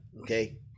okay